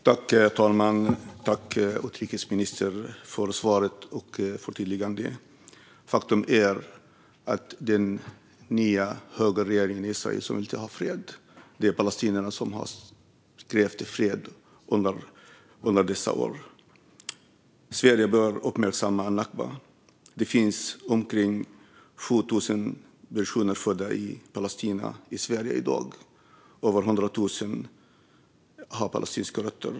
Fru talman! Jag tackar utrikesministern för svaret och förtydligandet. Faktum är att den nya högerregeringen i Israel inte vill ha fred. Det är palestinierna som har strävat efter fred under alla dessa år. Sverige bör uppmärksamma nakba. I Sverige i dag finns det omkring 7 000 personer födda i Palestina, och över hundratusen människor har palestinska rötter.